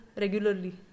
Regularly